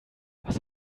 was